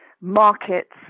markets